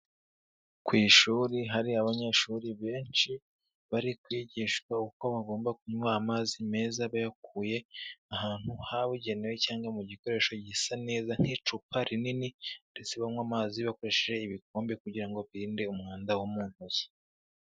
Ku ishuri, hari abanyeshuri benshi, bari kwigishwa uko bagomba kunywa amazi meza, bayakuye ahantu habugenewe cyangwa mu gikoresho gisa neza nk'icupa rinini ndetse banywa amazi bakoresheje ibikombe, kugira ngo birinde umwanda wo mu ntoki.